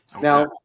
Now